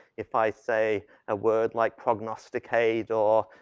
if i say a word like prognosticate or,